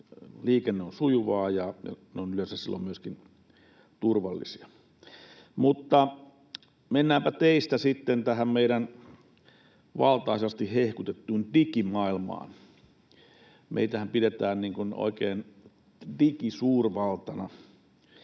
liikenne on sujuvaa ja ne ovat yleensä silloin myöskin turvallisia. Mutta mennäänpä teistä sitten tähän meidän valtaisasti hehkutettuun digimaailmaan. Meitähän pidetään oikein digisuurvaltana,